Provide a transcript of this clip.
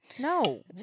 No